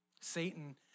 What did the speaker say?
Satan